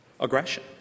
aggression